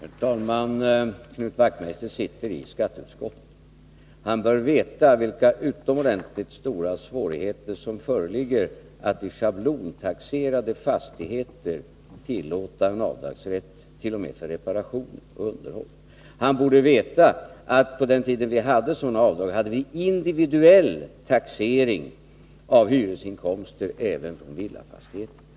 Herr talman! Knut Wachtmeister sitter i skatteutskottet. Han bör veta vilka utomordentligt stora svårigheter som föreligger att i schablontaxerade fastigheter tillåta en avdragsrätt t.o.m. för reparation och underhåll. Han borde veta att på den tiden vi hade sådana avdrag hade vi individuell taxering av hyresinkomster även från villafastigheter.